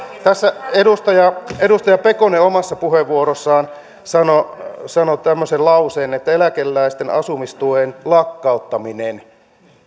tässä edustaja edustaja pekonen omassa puheenvuorossaan sanoi sanoi tämmöisen lauseen että eläkeläisten asumistuen lakkauttaminen